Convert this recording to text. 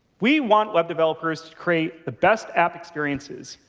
we want web developers to create the best app experiences.